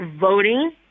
voting